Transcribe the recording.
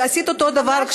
נתתי לך.